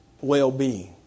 well-being